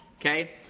Okay